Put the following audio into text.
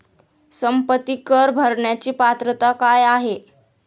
संपत्ती कर भरण्याची पात्रता काय आहे?